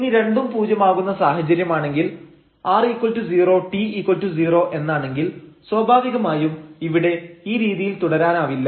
ഇനി രണ്ടും പൂജ്യമാകുന്ന സാഹചര്യം ആണെങ്കിൽ r0 t0 എന്നാണെങ്കിൽ സ്വാഭാവികമായും ഇവിടെ ഈ രീതിയിൽ തുടരാനാവില്ല